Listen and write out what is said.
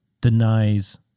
denies